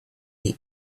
the